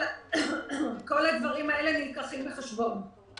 כל הדברים האלה נלקחים בחשבון.